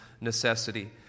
necessity